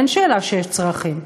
אין שאלה שיש צרכים,